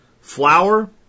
Flour